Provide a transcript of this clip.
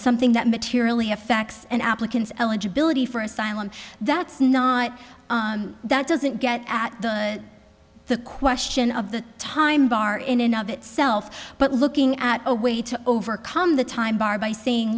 something that materially effects an applicant's eligibility for asylum that's not that doesn't get at the question of the time bar in and of itself but looking at a way to overcome the time bar by saying